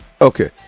Okay